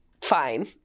fine